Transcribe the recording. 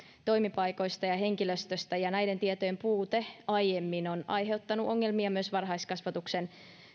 toimipaikoista ja henkilöstöstä ja näiden tietojen puute aiemmin on aiheuttanut ongelmia myös varhaiskasvatuksen